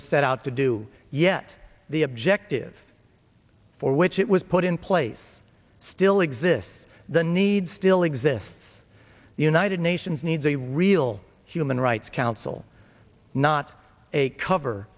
was set out to do yet the objective for which it was put in place still exists the need still exists the united nations needs a real human rights council not a cover